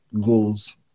goals